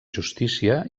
justícia